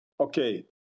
Okay